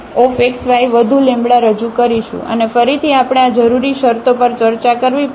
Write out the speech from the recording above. અને ફરીથી આપણે આ જરૂરી શરતો પર ચર્ચા કરવી પડશે